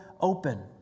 open